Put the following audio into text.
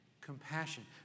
Compassion